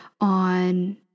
on